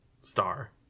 star